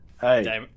Hey